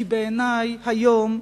כי בעיני היום,